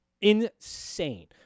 Insane